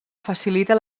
facilita